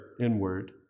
inward